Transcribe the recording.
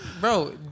bro